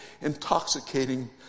intoxicating